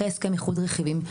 אחרי הסכם איחוד רכיבים,